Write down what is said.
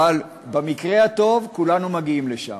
אבל במקרה הטוב, כולנו מגיעים לשם.